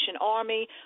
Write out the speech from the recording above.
Army